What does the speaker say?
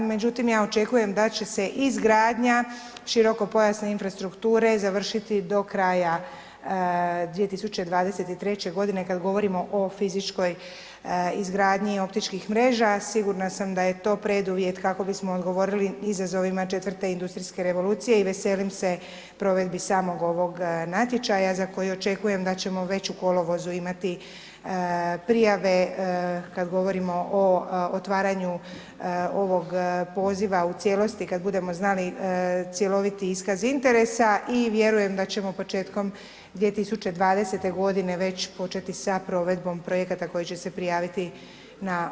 Međutim, ja očekujem da će se izgradnja širokopojasne infrastrukture završiti do kraja 2023.g. kad govorimo o fizičkoj izgradnji optičkih mreža sigurna sam da je to preduvjet kako bismo odgovorili izazovima četvrte industrijske revolucije i veselim se provedbi samog ovog natječaja za koji očekujem da ćemo već u kolovozu imati prijave kad govorimo o otvaranju ovog poziva u cijelosti kad budemo znali cjeloviti iskaz interesa i vjerujem da ćemo početkom 2020.g. već početi sa provedbom projekata koji će se prijaviti na ovaj natječaj.